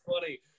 funny